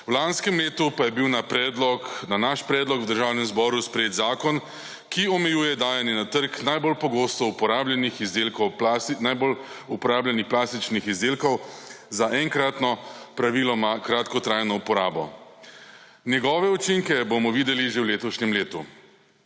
v lanskem letu pa je bil na naš predlog v Državnem zboru sprejet zakon, ki omejuje dajanje na trg najbolj uporabljenih plastičnih izdelkov za enkratno, praviloma kratkotrajno uporabo. Njegove učinke bomo videli že v letošnjem letu.